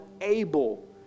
able